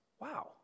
Wow